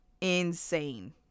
Insane